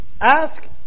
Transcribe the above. ask